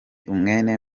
mwene